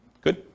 Good